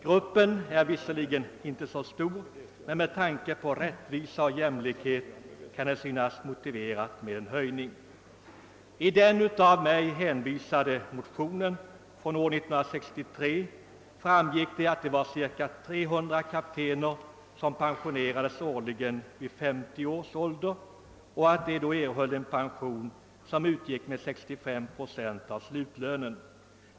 Gruppen är visserligen inte så stor, men med tanke på rättvisa och jämlikhet kan en höjning vara påkallad. Av den av mig väckta motionen från år 1963 framgick att det var cirka 300 kaptener som årligen pensionerades vid 50 års ålder och att de då erhöll en pension som uppgick till 65 procent av slutlönen.